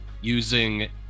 using